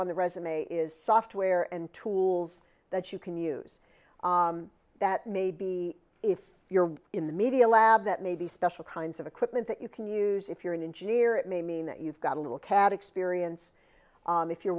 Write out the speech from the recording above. on the resume is software and tools that you can use that may be if you're in the media lab that may be special kinds of equipment that you can use if you're an engineer it may mean that you've got a little cad experience if you're